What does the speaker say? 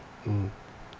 mm